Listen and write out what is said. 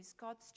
god's